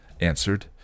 answered